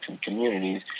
communities